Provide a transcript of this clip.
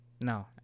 No